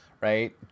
right